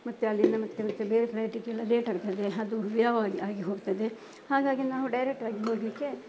ಮತ್ತೆ ಅಲ್ಲಿಂದ ಮತ್ತೆ ಮತ್ತೆ ಬೇರೆ ಫ್ಲೈಟಿಗೆಲ್ಲ ಲೇಟಾಗ್ತದೆ ಅದು ಆಗಿ ಹೋಗ್ತದೆ ಹಾಗಾಗಿ ನಾವು ಡೈರೆಕ್ಟಾಗಿ ಹೋಗಲಿಕ್ಕೆ